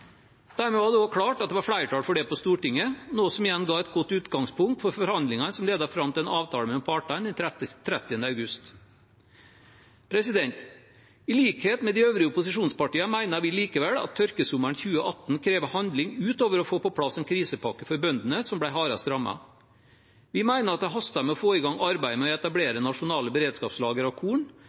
Dermed var det også klart at det var flertall for det på Stortinget, noe som igjen ga et godt utgangspunkt for forhandlingene som ledet fram til en avtale mellom partene 30. august. I likhet med de øvrige opposisjonspartiene mener vi likevel at tørkesommeren 2018 krever handling utover å få plass en krisepakke for bøndene som ble hardest rammet. Vi mener det haster med å få i gang arbeid med å etablere nasjonale beredskapslagre av korn,